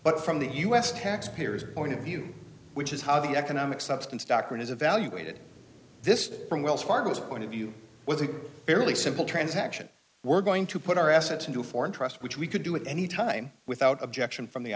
but from the u s taxpayers point of view which is how the economic substance doctrine is evaluated this from wells fargo's point of view was a fairly simple transaction we're going to put our assets into foreign trust which we could do at any time without objection from the